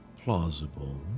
plausible